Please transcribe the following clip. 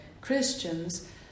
Christians